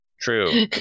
true